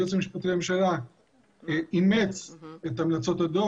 היועץ המשפטי לממשלה אימץ את המלצות הדו"ח,